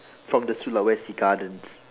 from the sulawesi gardens